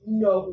no